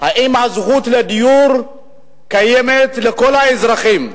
האם הזכות לדיור קיימת לכל האזרחים?